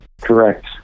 Correct